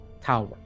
tower